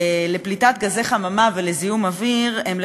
לפליטת גזי חממה ולזיהום אוויר הם,